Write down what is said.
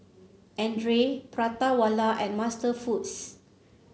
Andre Prata Wala and MasterFoods